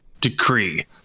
decree